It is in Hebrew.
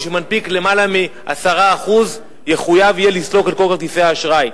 מי שמנפיק יותר מ-10% יחויב לסלוק את כל כרטיסי האשראי.